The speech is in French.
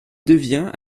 devient